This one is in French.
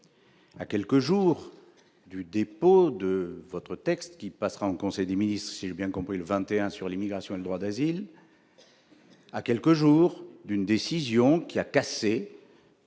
à quelques jours du dépôt de votre texte qui passera en conseil des ministres, il bien compris le 21 sur l'immigration et droit d'asile, à quelques jours d'une décision qui a cassé